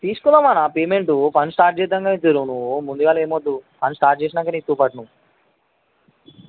తీసుకుందాం అన్నపేమెంటు పని స్టార్ట్ చేయ్యంగనే ఇద్దువు నువ్వు ముందుగాల ఏమి వద్దు పని స్టార్ట్ చేసినాక ఇద్దువు పట్టు నువ్వు